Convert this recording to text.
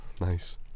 Nice